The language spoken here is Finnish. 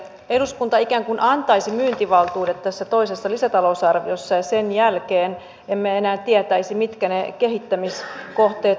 eduskunta ikään kuin antaisi myyntivaltuudet tässä toisessa lisätalousarviossa ja sen jälkeen emme enää tietäisi mitkä ne kehittämiskohteet ovat